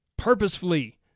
purposefully